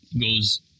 goes